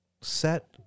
set